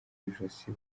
ijosi